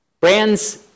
Brands